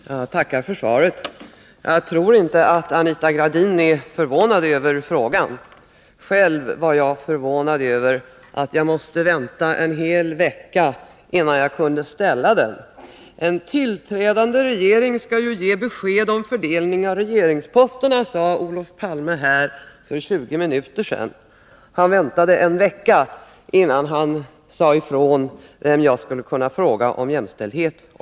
Herr talman! Jag tackar för svaret. Jag tror inte att Anita Gradin är förvånad över frågan. Själv var jag förvånad över att jag måste vänta en hel vecka, innan jag kunde ställa den. En tillträdande regering skall ge besked om fördelningen av regeringsposterna, sade Olof Palme för 20 minuter sedan. Han väntade en vecka innan han sade ifrån vem jag skulle kunna fråga om jämställdhet.